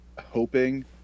hoping